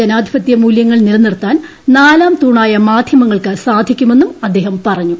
ജനാധിപത്യ മൂലൃങ്ങൾ നിലനിർത്താൻ നാലാം തൂണായ മാധ്യമങ്ങൾക്ക് സാധിക്കുമെന്നും അദ്ദേഹം പറഞ്ഞു